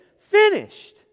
finished